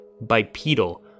bipedal